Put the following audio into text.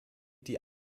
die